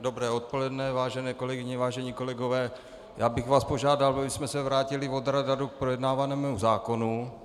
Dobré odpoledne, vážené kolegyně, vážení kolegové, já bych vás požádal, abychom se vrátili od radaru k projednávanému zákonu.